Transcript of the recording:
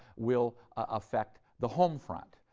will affect the home front,